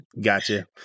Gotcha